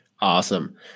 Awesome